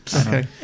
Okay